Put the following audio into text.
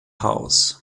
house